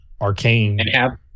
Arcane